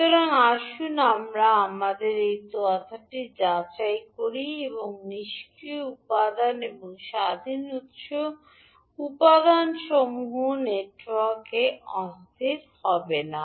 সুতরাং আসুন আমরা আমাদের এই কথাটি যাচাই করি যে নিষ্ক্রিয় উপাদান এবং স্বাধীন উৎস উপাদানসমূহ নেটওয়ার্ক অস্থির হবে না